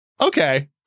Okay